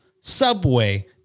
Subway